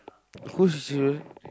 who is she